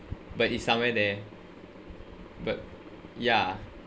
but it's somewhere there but ya